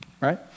right